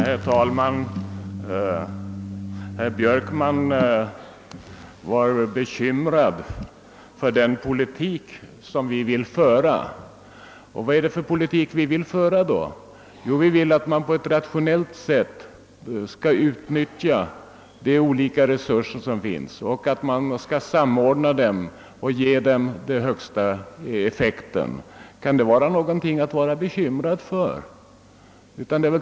Herr talman! Herr Björkman var bekymrad över den politik som vi vill föra. Vad är det för politik? Vi vill att man på ett rationellt sätt skall utnyttja de olika resurser som finns och samordna dem för att ge dem högsta möjliga effekt. Kan det vara någonting att vara bekymrad över?